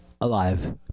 alive